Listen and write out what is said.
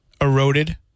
eroded